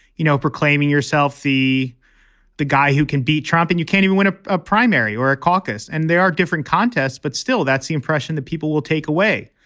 you know, proclaiming yourself the the guy who can beat trump and you can't even win a ah primary or caucus. and there are different contests, but still, that's the impression that people will take away.